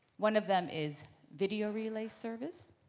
one of them is video relay service.